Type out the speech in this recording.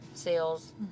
sales